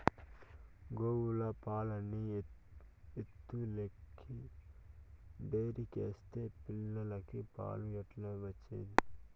గోవుల పాలన్నీ ఎత్తుకెళ్లి డైరీకేస్తే పిల్లలకి పాలు ఎట్లా వచ్చేది